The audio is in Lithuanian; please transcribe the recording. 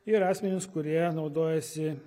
ir asmenis kurie naudojasi